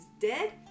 Dead